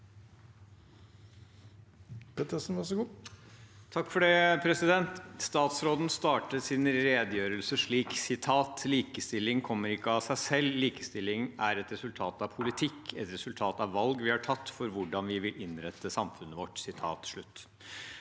(H) Statsråden startet sin redegjørelse slik: «Likestilling kommer ikke av seg selv. Likestilling er et resultat av politikk – et resultat av valg vi har tatt for hvordan vi vil innrette samfunnet vårt.»